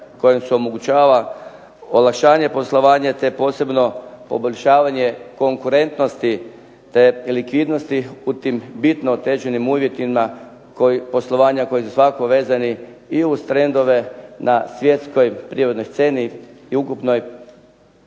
kojem se omogućava olakšanje poslovanja te posebno poboljšavanje konkurentnosti likvidnosti u tim bitno otežanim uvjetima poslovanja koji su svakako vezani i uz trendove na svjetskoj privrednoj sceni i ukupnoj